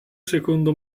secondo